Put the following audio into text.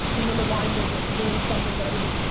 being in the wine business, doing something that everybody.